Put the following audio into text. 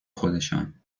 خودشان